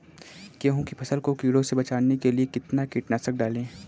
गेहूँ की फसल को कीड़ों से बचाने के लिए कितना कीटनाशक डालें?